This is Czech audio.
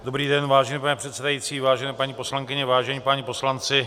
Dobrý den, vážený pane předsedající, vážené paní poslankyně, vážení páni poslanci.